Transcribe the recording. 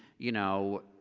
you know,